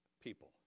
people